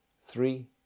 three